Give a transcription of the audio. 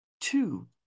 Two